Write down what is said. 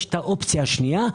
יש האפשרות השנייה,